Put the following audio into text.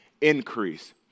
increase